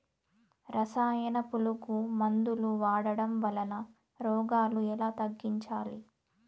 రసాయన పులుగు మందులు వాడడం వలన రోగాలు ఎలా తగ్గించాలి?